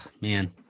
man